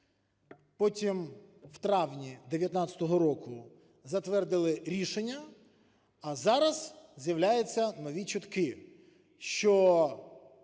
Потім в травні 19-го року затвердили рішення. А зараз з'являються нові чутки, що,